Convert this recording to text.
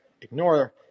ignore